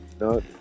No